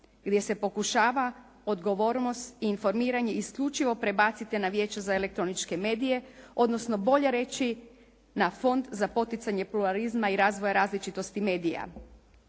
gdje se pokušava odgovornost i informiranje isključivo prebaciti na Vijeće za elektroničke medije, odnosno bolje reći na Fond za poticanje pluralizma i razvoja različitosti medija.